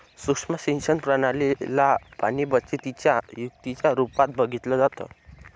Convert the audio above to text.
सुक्ष्म सिंचन प्रणाली ला पाणीबचतीच्या युक्तीच्या रूपात बघितलं जातं